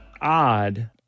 Odd